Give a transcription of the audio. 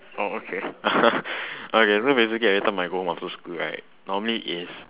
oh okay okay so basically every time I go home after school right normally is